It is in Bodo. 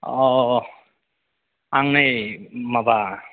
अ आं नै माबा